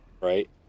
Right